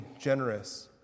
generous